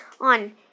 on